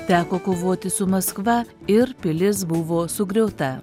teko kovoti su maskva ir pilis buvo sugriauta